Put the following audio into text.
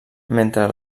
mentre